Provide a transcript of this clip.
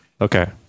Okay